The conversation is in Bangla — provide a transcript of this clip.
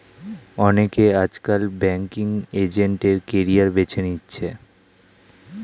অনেকে আজকাল ব্যাঙ্কিং এজেন্ট এর ক্যারিয়ার বেছে নিচ্ছে